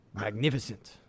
magnificent